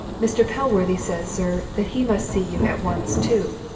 mr. pellworthy says, sir, that he must see you at once, too.